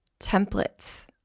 templates